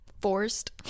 forced